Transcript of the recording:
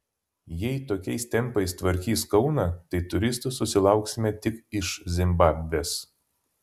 jei tokiais tempais tvarkys kauną tai turistų susilauksime tik iš zimbabvės